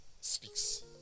speaks